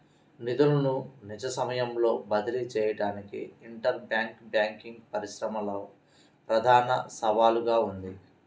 నిధులను నిజ సమయంలో బదిలీ చేయడానికి ఇంటర్ బ్యాంక్ బ్యాంకింగ్ పరిశ్రమలో ప్రధాన సవాలుగా ఉంది